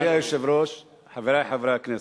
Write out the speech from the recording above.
אדוני היושב-ראש, חברי חברי הכנסת,